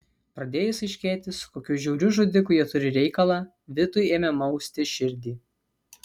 pradėjus aiškėti su kokiu žiauriu žudiku jie turi reikalą vitui ėmė mausti širdį